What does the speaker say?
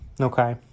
okay